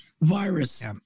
virus